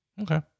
Okay